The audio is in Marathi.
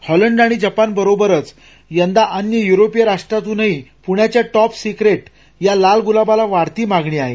हॉलंड आणि जपान बरोबरच यंदा अन्य युरोपीय राष्ट्रातूनदेखील पृण्याच्या टॉप सिक्रेट या लाल गुलाबाला वाढती मागणी आहे